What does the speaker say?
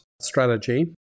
strategy